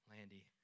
Landy